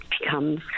becomes